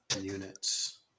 units